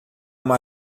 uma